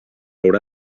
haurà